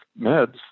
meds